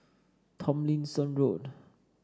Tomlinson Road